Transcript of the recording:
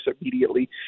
immediately